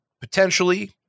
potentially